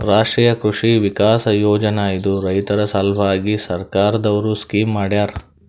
ರಾಷ್ಟ್ರೀಯ ಕೃಷಿ ವಿಕಾಸ್ ಯೋಜನಾ ಇದು ರೈತರ ಸಲ್ವಾಗಿ ಸರ್ಕಾರ್ ದವ್ರು ಸ್ಕೀಮ್ ಮಾಡ್ಯಾರ